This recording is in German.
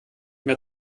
mehr